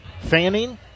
Fanning